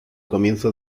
comienzo